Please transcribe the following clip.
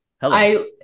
Hello